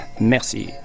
Merci